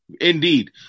Indeed